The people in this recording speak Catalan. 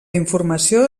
informació